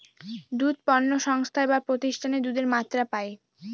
দুধ পণ্য সংস্থায় বা প্রতিষ্ঠানে দুধের মাত্রা পায়